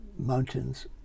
Mountains